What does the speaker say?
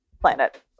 planet